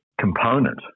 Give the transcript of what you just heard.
component